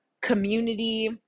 community